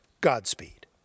Godspeed